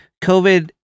COVID